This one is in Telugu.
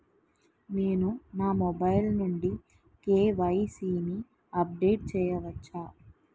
నేను నా మొబైల్ నుండి కే.వై.సీ ని అప్డేట్ చేయవచ్చా?